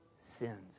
sins